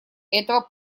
этого